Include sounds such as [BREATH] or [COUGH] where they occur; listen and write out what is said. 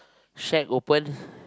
shack open [BREATH]